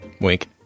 Wink